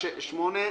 ב-8?